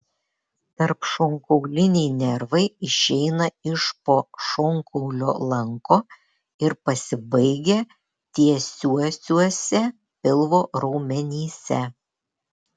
tarpšonkauliniai nervai išeina iš po šonkaulio lanko ir pasibaigia tiesiuosiuose pilvo raumenyse